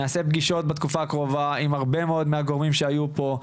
נעשה פגישות בתקופה הקרובה עם הרבה מאוד מהגורמים שהיו פה.